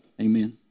amen